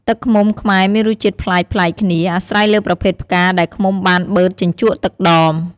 ទឹកឃ្មុំខ្មែរមានរសជាតិប្លែកៗគ្នា អាស្រ័យលើប្រភេទផ្កាដែលឃ្មុំបានបឺតជញ្ជក់ទឹកដម។